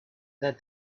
that